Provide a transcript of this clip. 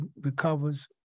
recovers